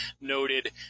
noted